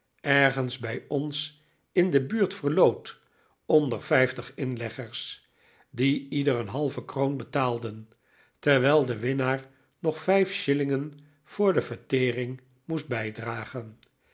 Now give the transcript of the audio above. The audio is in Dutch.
ergens bij ons in de buurt verloot onder vijftig inleggers die ieder een halve kroon betaalden terwijl de winnaar nog vijf shillingen voor de vertering moest bijdragen